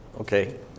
Okay